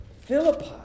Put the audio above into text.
Philippi